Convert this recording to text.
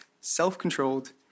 self-controlled